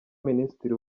minisitiri